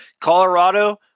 Colorado